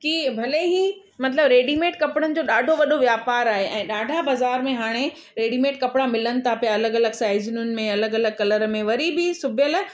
कि भले ई मतलबु रेडीमेड कपिड़नि जो ॾाढो वॾो व्यापार आहे ऐं ॾाढा बाज़ारि में हाणे रेडीमेड कपिड़ा मिलनि था पिया अलॻि अलॻि साइज़नुनि में अलॻि अलॻि कलर में वरी बि सिबियल